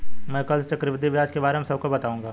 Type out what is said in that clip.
मैं कल से चक्रवृद्धि ब्याज के बारे में सबको बताऊंगा